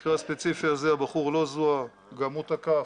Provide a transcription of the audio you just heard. במקרה הספציפי הזה הבחור לא זוהה, גם הוא תקף,